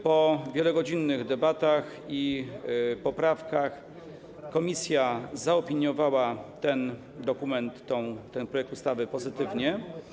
Po wielogodzinnych debatach i poprawkach komisja zaopiniowała ten dokument, ten projekt ustawy pozytywnie.